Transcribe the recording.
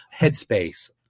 Headspace